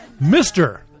Mr